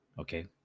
okay